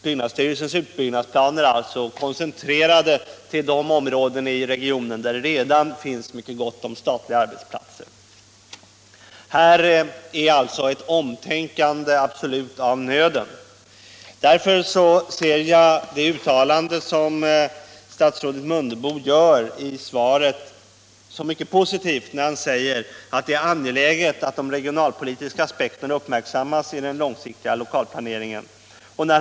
Byggnadsstyrelsens utbyggnadsplaner är koncentrerade till de områden i regionen där det redan finns mycket gott om statliga arbetsplatser. Här är ett omtänkande absolut av nöden. Därför tycker jag det uttalande som statsrådet Mundebo gör i svaret är mycket positivt. Han säger där att det är angeläget att de regionalpolitiska aspekterna uppmärksammas i den långsiktiga lokalplaneringen.